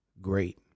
Great